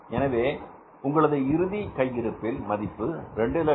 எனவே உங்களது இறுதி கையிருப்பில் மதிப்பு 224375